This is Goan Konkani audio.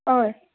हय